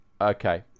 Okay